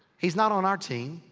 he's not on our team.